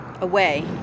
away